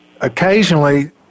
occasionally